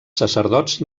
sacerdots